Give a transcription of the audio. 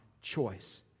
choice